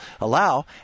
allow